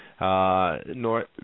North